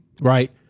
right